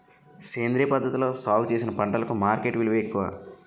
సేంద్రియ పద్ధతిలో సాగు చేసిన పంటలకు మార్కెట్ విలువ ఎక్కువ